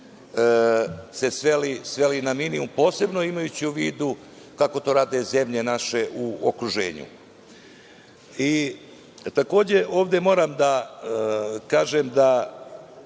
se sveli na minimum, posebno imajući u vidu kako to rade zemlje naše u okruženju. Takođe, ovde moram da kažem da